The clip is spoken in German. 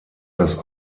das